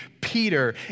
Peter